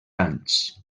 anys